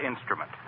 instrument